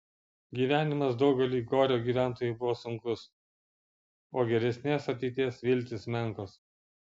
gyvenimas daugeliui gorio gyventojų buvo sunkus o geresnės ateities viltys menkos